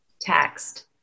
text